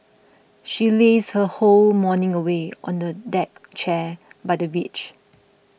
she lazed her whole morning away on a deck chair by the beach